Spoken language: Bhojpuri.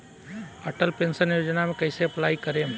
अटल पेंशन योजना मे कैसे अप्लाई करेम?